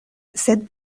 sed